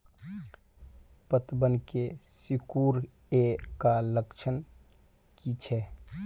पतबन के सिकुड़ ऐ का लक्षण कीछै?